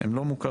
הם לא מוכרים.